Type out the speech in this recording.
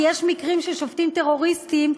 כי יש מקרים ששופטים טרוריסטים,